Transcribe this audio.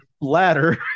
ladder